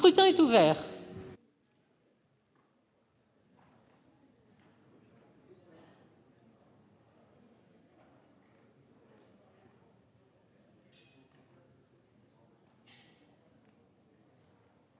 Le scrutin est ouvert.